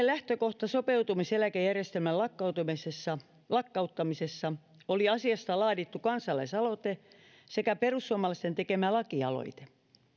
lähtökohtana sopeutumiseläkejärjestelmän lakkauttamisessa lakkauttamisessa olivat asiasta laadittu kansalaisaloite sekä perussuomalaisten tekemä lakialoite